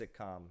sitcom